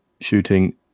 shooting